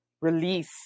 release